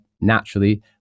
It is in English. naturally